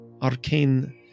arcane